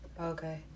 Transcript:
okay